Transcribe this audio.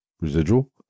residual